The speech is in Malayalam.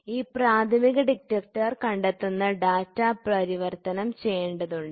ഈ പ്രാഥമിക ഡിറ്റക്ടർ കണ്ടെത്തുന്ന ഡാറ്റ പരിവർത്തനം ചെയ്യേണ്ടതുണ്ട്